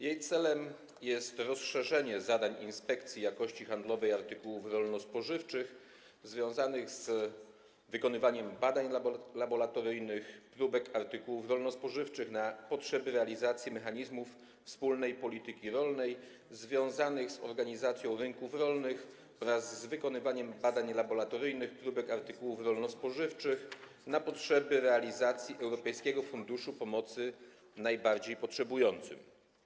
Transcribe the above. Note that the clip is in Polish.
Jej celem jest rozszerzenie zakresu zadań Inspekcji Jakości Handlowej Artykułów Rolno-Spożywczych o zadania związane z wykonywaniem badań laboratoryjnych próbek artykułów rolno-spożywczych na potrzeby realizacji mechanizmów wspólnej polityki rolnej związanych z organizacją rynków rolnych oraz z wykonywaniem badań laboratoryjnych próbek artykułów rolno-spożywczych na potrzeby realizacji Europejskiego Funduszu Pomocy Najbardziej Potrzebującym.